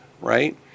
right